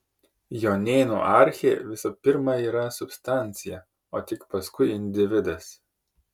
jonėnų archė visų pirma yra substancija o tik paskui individas